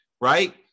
right